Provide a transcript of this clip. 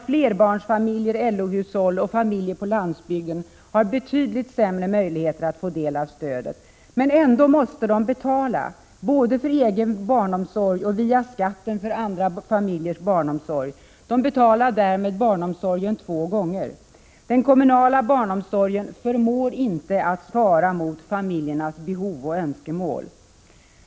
Flerbarnsfamiljer, LO-hushåll och familjer på landsbygden har betydligt sämre möjligheter att få del av detta stöd. Ändå måste de betala, både för egen barnomsorg och, via skatten, för andra familjers barnomsorg. De betalar därmed barnomsorgen två gånger. Den kommunala barnomsorgen förmår inte svara mot familjernas behov och önskemål.